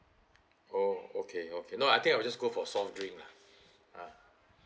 oh okay okay no I think I will just go for soft drink lah